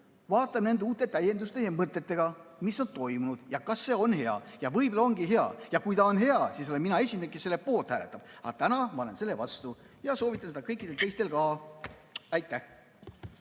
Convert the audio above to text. vaatame uute täienduste ja mõtetega, mis on tulnud, et kas see on hea. Võib-olla ongi hea. Kui ta on hea, siis olen mina esimene, kes selle poolt hääletab. Aga täna olen ma selle vastu ja soovitan seda kõikidele teistele ka. Aitäh!